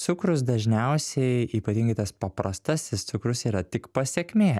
cukrus dažniausiai ypatingai tas paprastasis cukrus yra tik pasekmė